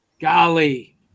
golly